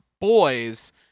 boys